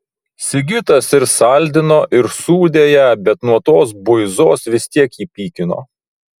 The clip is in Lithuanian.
sigitas ir saldino ir sūdė ją bet nuo tos buizos vis tiek jį pykino